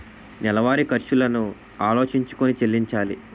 నెలవారి ఖర్చులను ఆలోచించుకొని చెల్లించాలి